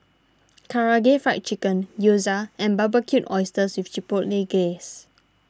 Karaage Fried Chicken Gyoza and Barbecued Oysters with Chipotle Glaze